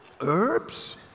Herbs